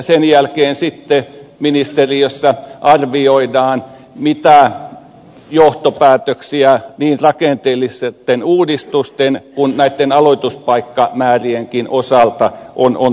sen jälkeen sitten ministeriössä arvioidaan mitä johtopäätöksiä niin rakenteellisten uudistusten kuin näitten aloituspaikkamäärienkin osalta on syytä tehdä